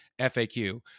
FAQ